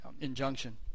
injunction